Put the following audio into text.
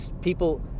people